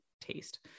taste